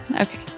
Okay